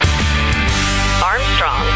Armstrong